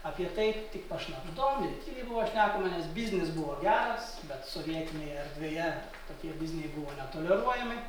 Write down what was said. apie tai tik pašnabždom ir tyliai buvo šnekama nes biznis buvo geras bet sovietinėje erdvėje tokie bizniai buvo netoleruojami